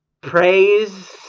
praise